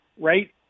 right